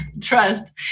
trust